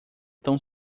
tão